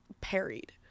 parried